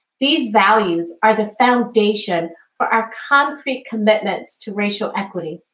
these values are the foundation for our concrete commitments to racial equity.